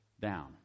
down